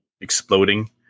exploding